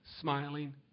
smiling